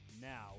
Now